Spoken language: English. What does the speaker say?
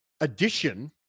addition